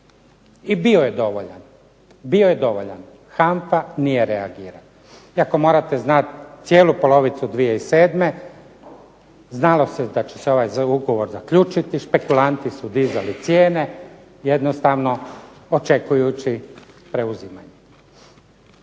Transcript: I bio je dovoljan, bio je dovoljan. HANFA nije reagirala. Iako morate znati cijelu polovicu 2007. znalo se da će se ovaj ugovor zaključiti, špekulanti su dizali cijene jednostavno očekujući preuzimanje.